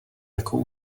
jako